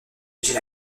j’ai